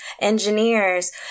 engineers